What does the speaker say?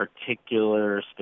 particular